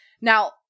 now